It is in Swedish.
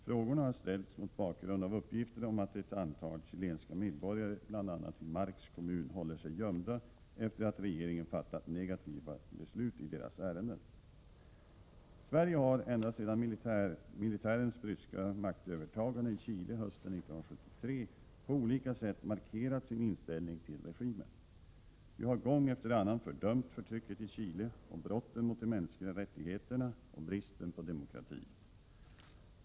Frågorna har ställts mot bakgrund av uppgifter om att ett antal chilenska medborgare, bl.a. i Marks kommun, håller sig gömda efter att regeringen fattat negativa beslut i deras ärenden. Sverige har ända sedan militärens bryska maktövertagande i Chile hösten 1973 på olika sätt markerat sin inställning till regimen. Vi har gång efter annan fördömt förtrycket i Chile och brotten mot de mänskliga rättigheterna och bristen på demokrati.